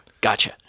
Gotcha